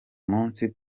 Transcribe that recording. munsi